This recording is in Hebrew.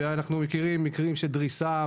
ואנחנו מכירים מקרים של דריסה,